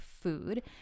food